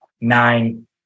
nine